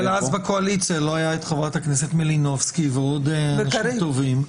אבל אז לא היו חברת הכנסת מלינובסקי ועוד אנשים טובים בקואליציה.